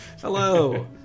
Hello